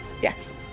Yes